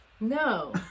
no